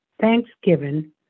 thanksgiving